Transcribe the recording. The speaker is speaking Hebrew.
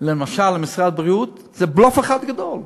למשל למשרד הבריאות, זה בלוף אחד גדול.